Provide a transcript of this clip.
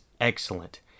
excellent